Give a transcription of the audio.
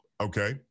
okay